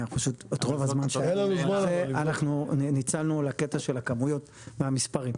את רוב הזמן שהיה לנו אנחנו ניצלנו לקטע של הכמויות והמספרים.